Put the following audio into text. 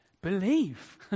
Believe